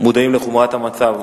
מודעים לחומרת המצב.